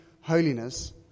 holiness